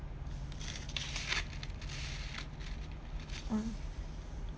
one